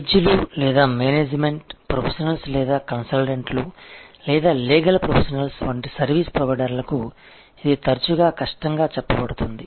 వైద్యులు లేదా management professionals లేదా కన్సల్టెంట్లు లేదా లీగల్ ప్రొఫెషనల్స్ వంటి సర్వీసు ప్రొవైడర్లకు ఇది తరచుగా కష్టంగా చెప్పబడుతుంది